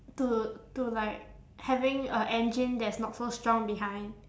to to like having a engine that's not so strong behind